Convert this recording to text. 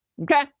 Okay